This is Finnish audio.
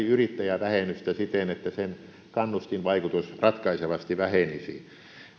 yrittäjävähennystä siten että sen kannustinvaikutus ratkaisevasti vähenisi